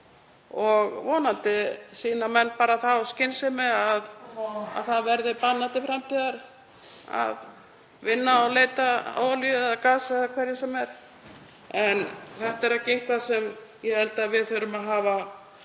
og vonandi sýna menn þá skynsemi að banna það til framtíðar að vinna og leita að olíu eða gasi eða hverju sem er. En þetta er ekki eitthvað sem ég held að við þurfum að hafa